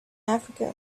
africa